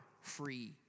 free